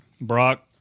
Brock